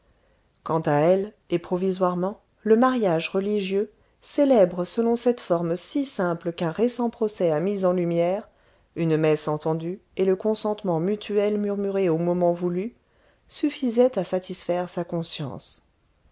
quant à elle et provisoirement le mariage religieux célébré selon cette forme si simple qu'un récent procès a mise en lumière une messe entendue et le consentement mutuel murmuré au moment voulu suffisait à satisfaire sa conscience